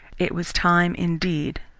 it was time, indeed,